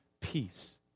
peace